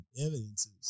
evidences